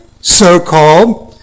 so-called